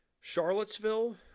Charlottesville